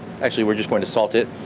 actually we're just going to salt it,